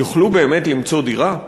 יוכלו באמת למצוא דירה?